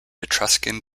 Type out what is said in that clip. etruscan